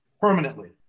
permanently